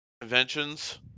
inventions